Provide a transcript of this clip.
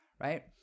right